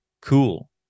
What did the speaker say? cool